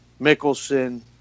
Mickelson